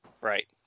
Right